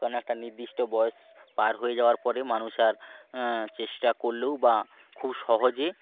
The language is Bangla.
কোনো একটা নির্দিষ্ট বয়েস পার হয়ে যাওয়ার পরে মানুষ আর চেষ্টা করলেও বা খুব সহজে